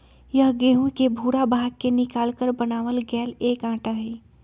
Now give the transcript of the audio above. यह गेहूं के भूरा भाग के निकालकर बनावल गैल एक आटा हई